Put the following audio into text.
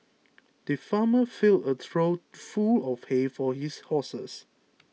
the farmer filled a trough full of hay for his horses